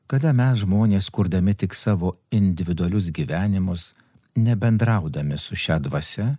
kada mes žmonės kurdami tik savo individualius gyvenimus nebendraudami su šia dvasia